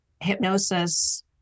hypnosis